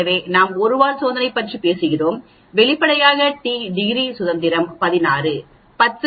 எனவே நாம் 1 வால் சோதனை பற்றி பேசுகிறோம் வெளிப்படையாக டிகிரி சுதந்திரம் 16 10 8 2